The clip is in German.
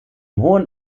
hohen